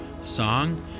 song